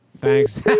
Thanks